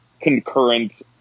concurrent